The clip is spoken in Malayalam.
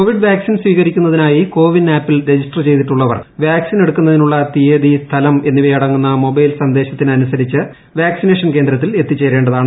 കോവിഡ് വാക്സിൻ് സ്പ്രീകരിക്കുന്നതിനായി കോവിൻ ആപ്പിൽ രജിസ്റ്റർ ചെയ്തിട്ടുള്ളവർ വാക്സിനെടുക്കുന്നതിനുള്ള തീയതി സ്ഥലം എന്നിവയടങ്ങുന്ന മൊബ്ബൈൽ സന്ദേശത്തിനനുസരിച്ച് വാക്സിനേഷൻ കേന്ദ്രത്തിൽ എത്തിച്ചേരേണ്ടതാണ്